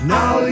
Now